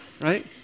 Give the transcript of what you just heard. Right